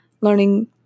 learning